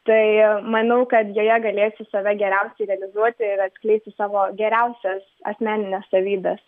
tai maniau kad joje galėsiu save geriausiai realizuoti ir atskleisti savo geriausias asmenines savybes